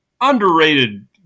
underrated